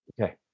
Okay